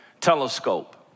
telescope